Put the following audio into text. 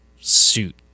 suit